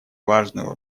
важную